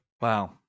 Wow